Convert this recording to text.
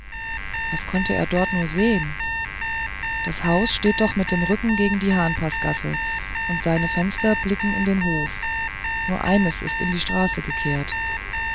was konnte er dort nur sehen das haus steht doch mit dem rücken gegen die hahnpaßgasse und seine fenster blicken in den hof nur eines ist in die straße gekehrt